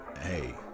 Hey